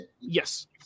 Yes